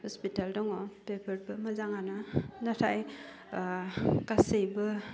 hospital दङ बेफोरबो मोजाङानो नाथाय ओह गासैबो